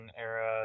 era